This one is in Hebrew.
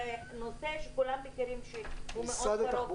זה נושא שכולם יודעים שהוא מאוד קרוב